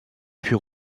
puis